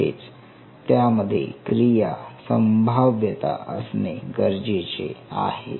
म्हणजेच त्यामध्ये क्रिया संभाव्यता असणे गरजेचे आहे